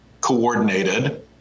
coordinated